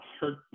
hurt